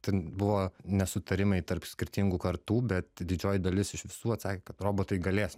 tai buvo nesutarimai tarp skirtingų kartų bet didžioji dalis iš visų atsakė kad robotai galės